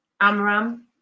Amram